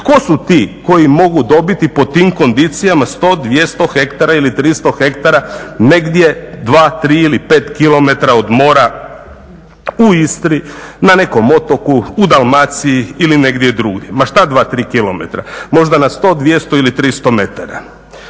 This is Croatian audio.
tko su ti koji mogu dobiti pod tim kondicijama 100, 200 ha ili 300 ha negdje dva, tri ili pet kilometra od mora u Istri, na nekom otoku, u Dalmaciji ili negdje drugdje. Ma šta dva, tri kilometra. Možda na 100, 200 ili 300 metara.